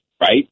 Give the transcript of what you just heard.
right